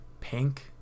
pink